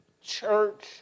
church